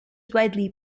widely